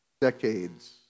decades